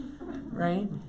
Right